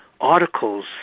articles